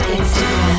Instagram